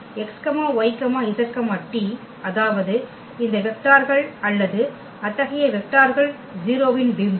x y z t அதாவது இந்த வெக்டார்கள் அல்லது அத்தகைய வெக்டார்கள் 0 இன் பிம்பம்